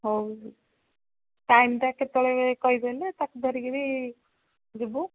ହଉ ଟାଇମ୍ଟା କେତେବେଳେ କହିଦେଲେ ତାକୁ ଧରିକି ଯିବୁ